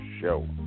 Show